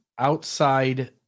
Outside